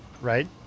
right